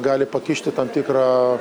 gali pakišti tam tikrą